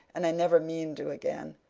and i never mean to again,